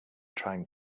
trying